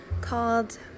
called